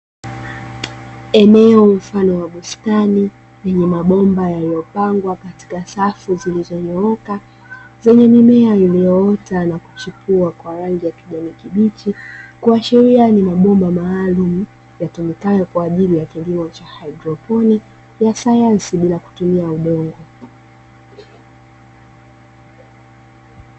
Eneo mfano wa bustani, lenye mabomba yaliyopangwa katika salfu zilizonyooka, zenye mimea iliyoota na kuchipua kwa rangi ya kijani kibich, kuashiria ni mabomba maalumu ya yatumikayo kwa ajili ya kilimo cha haidroponi, kisayansi bila kutumia udongo.